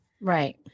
Right